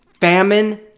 famine